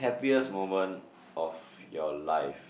happiest moment of your life